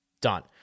Done